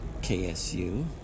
KSU